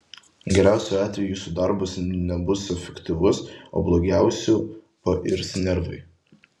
geriausiu atveju jūsų darbas nebus efektyvus o blogiausiu pairs nervai